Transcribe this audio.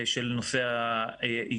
על נושא העיגון.